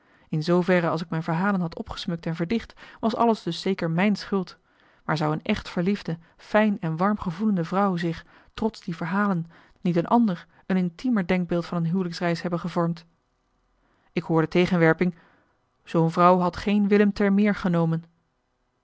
in zooverre als ik mijn verhalen had opgesmukt en verdicht was alles dus zeker mijn schuld maar zou een echt verliefde fijn en warm gevoelende vrouw zich trots die verhalen niet een ander een intiemer denkbeeld van een huwelijksreis hebben gevormd ik hoor de tegenwerping zoo'n vrouw had geen willem termeer genomen